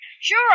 Sure